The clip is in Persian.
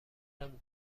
نمی